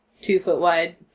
two-foot-wide